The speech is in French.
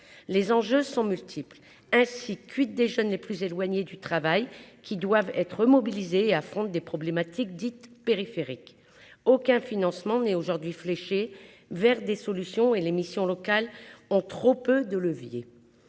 les enjeux sont multiples ainsi cuites des jeunes les plus éloignés du travail qui doivent être mobilisées affronte des problématiques dites périphériques aucun financement n'est aujourd'hui fléché vers des solutions et les missions locales ont trop peu de levier